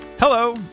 Hello